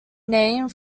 name